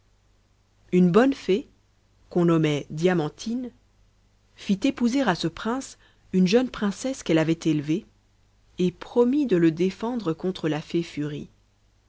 une bonne fée qu'on nommait diamantine fit épouser à ce prince une jeune princesse qu'elle avait élevée et promit de le défendre contre la fée furie